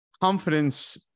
confidence